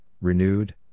renewed